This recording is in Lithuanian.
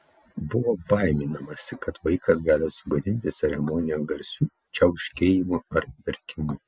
buvo baiminamasi kad vaikas gali sugadinti ceremoniją garsiu čiauškėjimu ar verkimu